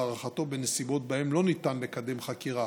הארכתו בנסיבות שבהן לא ניתן לקדם חקירה